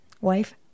wife